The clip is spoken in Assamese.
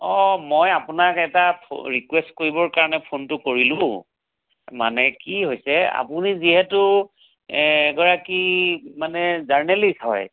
অঁ মই আপোনাক এটা ফো ৰিকুৱেষ্ট কৰিবৰ কাৰণে ফোনটো কৰিলোঁ মানে কি হৈছে আপুনি যিহেতু এগৰাকী মানে জাৰ্ণেলিষ্ট হয়